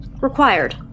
required